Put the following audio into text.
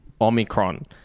Omicron